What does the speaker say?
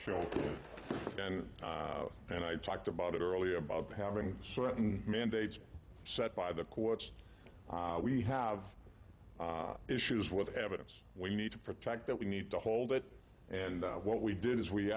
show again and i talked about it earlier about having certain mandates set by the courts we have issues with evidence we need to protect that we need to hold it and what we did is we